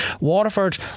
Waterford